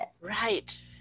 Right